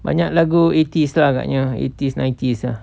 banyak lagu eighties lah agaknya eighties nineties lah